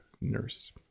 nurse